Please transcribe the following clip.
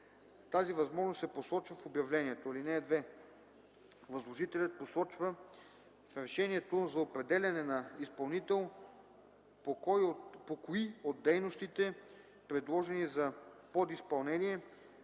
Тази възможност се посочва в обявлението. (2) Възложителят посочва в решението за определяне на изпълнител по кои от дейностите, предложени за подизпълнение,